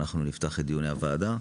אנחנו נתפתח את דיוני הוועדה,